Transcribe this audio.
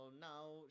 now